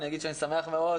אני אגיד שאני שמח מאוד